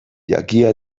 jakia